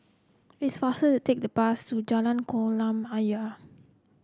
it's faster to take the bus to Jalan Kolam Ayer